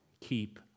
keep